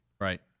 Right